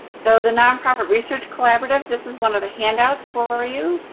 so, the nonprofit research collaborative, this is one of the handouts for you.